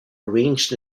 arranged